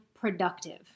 productive